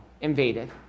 invaded